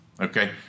okay